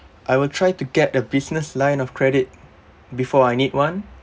I will try to get a business line of credit before I need one